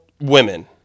women